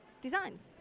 designs